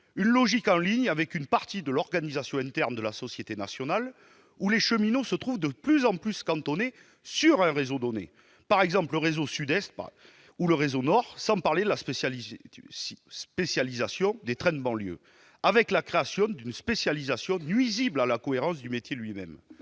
Cette logique est en ligne avec une partie de l'organisation interne de la société nationale, dans laquelle les cheminots se trouvent de plus en plus cantonnés sur un réseau donné, par exemple le réseau sud-est ou le réseau nord, sans parler de la spécialisation des trains de banlieue. Ce mouvement vers la spécialisation est nuisible à la cohérence du métier lui-même.